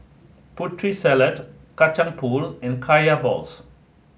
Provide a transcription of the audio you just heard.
Putri Salad Kacang Pool and Kaya Balls